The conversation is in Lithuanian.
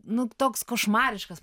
nu toks košmariškas